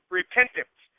repentance